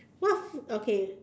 what food okay